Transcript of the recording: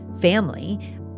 family